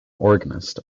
organist